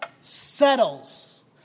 settles